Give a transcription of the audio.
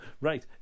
Right